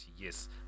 yes